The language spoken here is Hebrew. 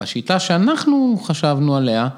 ‫השיטה שאנחנו חשבנו עליה...